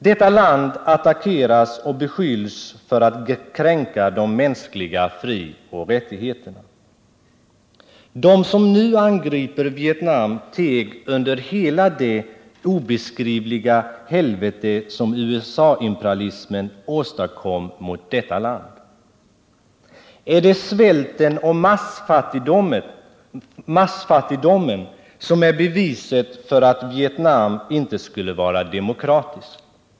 Detta land attackeras och beskylls för att kränka de mänskliga frioch rättigheterna. De som nu angriper Vietnam teg under hela det obeskrivliga helvete som USA imperialismen åstadkom i detta land. Är det svälten och massfattigdomen som är beviset för att Vietnam inte skulle vara demokratiskt?